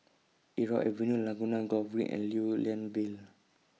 Irau Avenue Laguna Golf Green and Lew Lian Vale